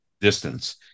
distance